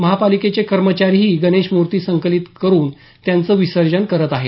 महापालिकेचे कर्मचारीही गणेश मूर्ती संकलित करुन त्यांचं विसर्जन करत आहेत